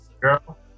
girl